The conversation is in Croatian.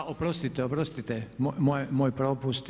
A oprostite, oprostite moj propust.